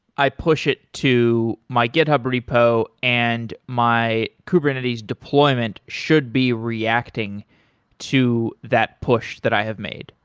i push it to my github repo and my kubernetes deployment should be reacting to that push that i have made.